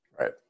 Right